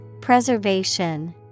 Preservation